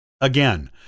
again